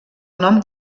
nom